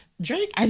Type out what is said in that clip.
Drake